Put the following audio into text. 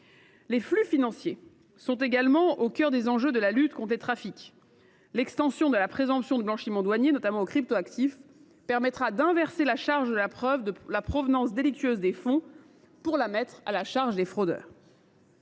Les flux financiers sont également au cœur des enjeux de la lutte contre les trafics. L’extension de la présomption de blanchiment douanier, notamment aux crypto actifs, permettra d’inverser la charge de la preuve de la provenance délictueuse des fonds : ce sera aux fraudeurs